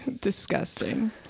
Disgusting